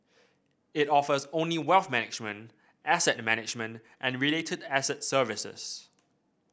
it offers only wealth management asset management and related asset services